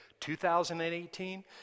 2018